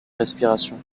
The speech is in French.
respiration